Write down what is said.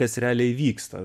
kas realiai vyksta